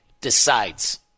decides